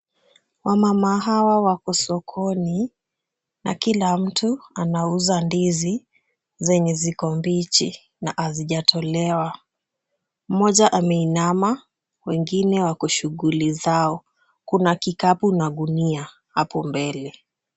Wamama hawa wako sokoni na kila mtu anauza ndizi zenye ziko mbichi na hazijatolewa. Mmoja ameinama, wengine wako shughuli zao. Kuna kikapu na gunia hapo mbele.